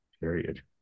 period